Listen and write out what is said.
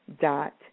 dot